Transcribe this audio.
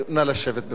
נא לשבת.